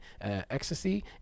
ecstasy